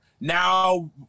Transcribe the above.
Now